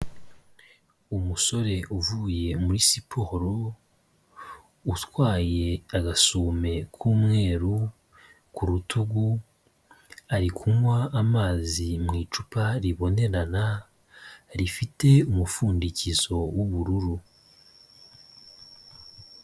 Umusore uvuye muri siporo, utwaye agasume k'umweru ku rutugu, ari kunywa amazi mu icupa ribonerana, rifite umupfundikizo w'ubururu.